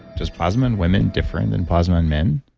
does plasma in women different than plasma in men?